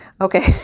Okay